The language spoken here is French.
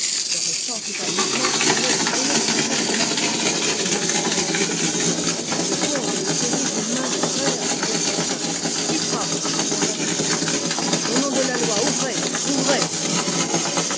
florestan fit un mouvement pour aller ouvrir afin de mettre un terme à une scène qui l'effrayait mais le comte le saisit d'une main de fer et le retint qui frappe demanda le comte au nom de la loi ouvrez ouvrez dit une voix